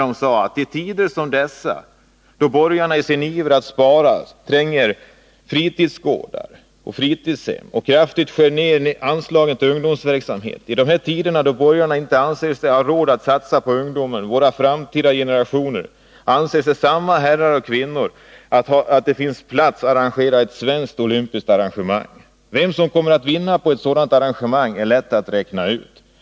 De säger: I tider som dessa då borgarna i sin iver att spara stänger fritidshem och fritidsgårdar och kraftigt skär ned anslagen till ungdomsverksamhet, i dessa tider då borgarna inte anser sig ha råd att satsa på ungdomen, på våra framtida generationer, anser samma herrar och kvinnor att det är på sin plats med ett svenskt olympiaarrangemang. Vem som kommer att vinna på ett sådant arrangemang är lätt att räkna ut.